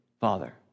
Father